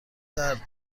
درد